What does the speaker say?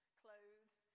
clothes